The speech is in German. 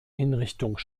hinrichtung